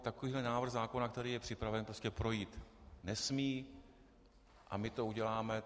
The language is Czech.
Takovýhle návrh zákona, který je připraven, prostě projít nesmí, a my to uděláme.